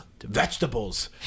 vegetables